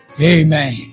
Amen